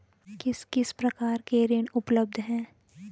किस किस प्रकार के ऋण उपलब्ध हैं?